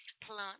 plant